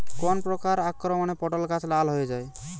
কোন প্রকার আক্রমণে পটল গাছ লাল হয়ে যায়?